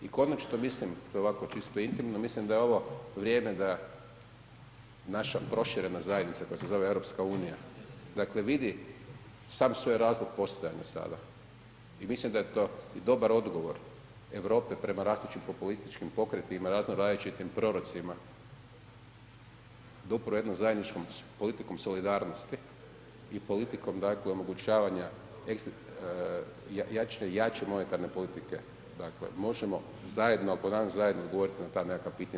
I konačno mislim, ovako čisto intimno, mislim da je ovo vrijeme da naša proširena zajednica koja se zove EU dakle vidi sam svoj razlog postojanja sada i mislim da je to dobar odgovor Europe prema različitim populističkim pokretima, razno različitim prorocima, da upravo jednom zajedničkom politikom solidarnosti i politikom dakle omogućavanja jače monetarne politike dakle možemo zajedno, ponavljam zajedno odgovoriti na ta nekakva pitanja.